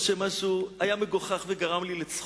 או שמשהו היה מגוחך וגרם לי לצחוק,